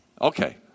Okay